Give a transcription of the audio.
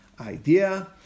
idea